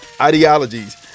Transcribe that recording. ideologies